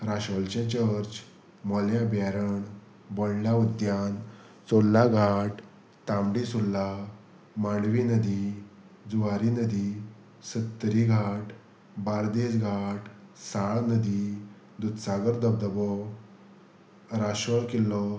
राशोलचें church Mollem बेरण बोडला उद्यान चोला घाट तांबडी सुुला मांडवी नदी जुवारी नदी सत्तरी घाट बार्देस घाट साळ नदी दुदसागर धबधबो राशवर किल्लो